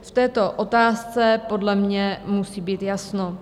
V této otázce podle mě musí být jasno.